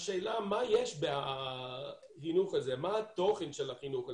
השאלה מה יש בחינוך הזה, מה התוכן של החינוך הזה,